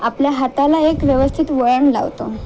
आपल्या हाताला एक व्यवस्थित वळण लावतो